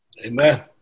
Amen